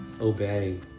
obey